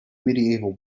medieval